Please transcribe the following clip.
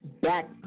back